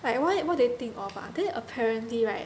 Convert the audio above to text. like why what do they think of ah then apparently right